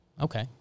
Okay